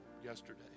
yesterday